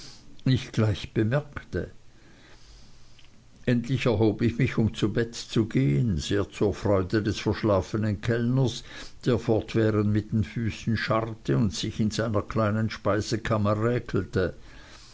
nicht gleich bemerkte endlich erhob ich mich um zu bett zu gehen sehr zur freude des verschlafenen kellners der fortwährend mit den füßen scharrte und sich in seiner kleinen speisekammer